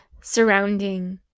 surrounding